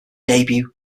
debut